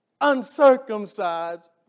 uncircumcised